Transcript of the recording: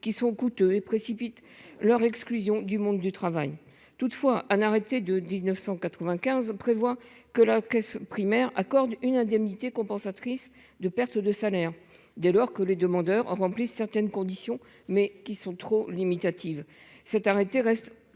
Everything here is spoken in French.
qui sont coûteux et précipite leur exclusion du monde du travail toutefois un arrêté de 1995 prévoit que la Caisse primaire accorde une indemnité compensatrice de perte de salaire, dès lors que les demandeurs en remplissent certaines conditions mais qui sont trop limitative cet arrêté restent